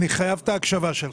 אני חייב את ההקשבה שלך.